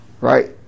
right